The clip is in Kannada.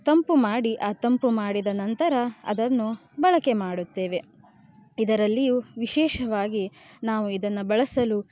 ತಂಪು ಮಾಡಿ ಆ ತಂಪು ಮಾಡಿದ ನಂತರ ಅದನ್ನು ಬಳಕೆ ಮಾಡುತ್ತೇವೆ ಇದರಲ್ಲಿಯೂ ವಿಶೇಷವಾಗಿ ನಾವು ಇದನ್ನು ಬಳಸಲು